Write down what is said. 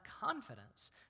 confidence